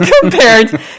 compared